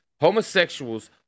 Homosexuals